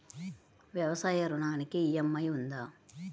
వ్యవసాయ ఋణానికి ఈ.ఎం.ఐ ఉందా?